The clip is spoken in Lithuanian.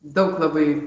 daug labai